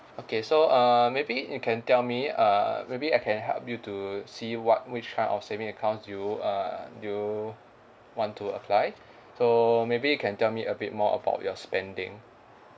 okay so uh maybe you can tell me uh maybe I can help you to see what which kind of saving account you uh you want to apply so maybe you can tell me a bit more about your spending